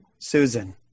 Susan